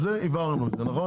הבהרנו את זה נכון?